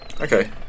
Okay